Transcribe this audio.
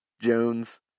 Jones